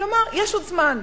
כלומר, יש עוד זמן,